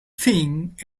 think